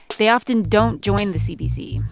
they often don't join the cbc.